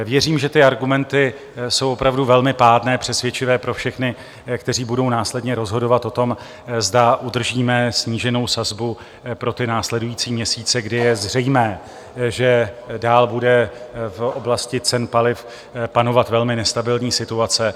Věřím, že ty argumenty jsou opravdu velmi pádné a přesvědčivé pro všechny, kteří budou následně rozhodovat o tom, zda udržíme sníženou sazbu pro ty následující měsíce, kdy je zřejmé, že dál bude v oblasti cen paliv panovat velmi nestabilní situace.